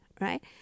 right